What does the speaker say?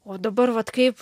o dabar vat kaip